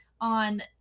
on